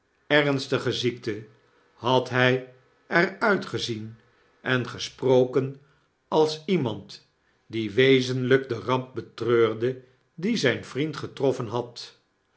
ernstige ziekte had hij er uitgezien en gesproken als iemand die wezenlyk de ramp betreurde die zyn vriend getroffen had